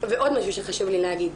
עוד משהו שחשוב לי להגיד,